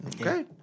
Okay